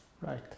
right